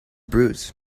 bruise